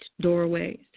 doorways